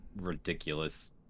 ridiculous